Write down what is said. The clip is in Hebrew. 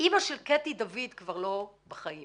של קטי דוד כבר לא בחיים